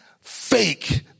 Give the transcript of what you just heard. fake